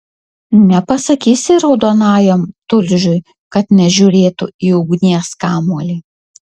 nepasakysi raudonajam tulžiui kad nežiūrėtų į ugnies kamuolį